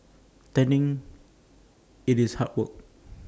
tending IT is hard work